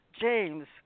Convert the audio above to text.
James